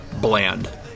bland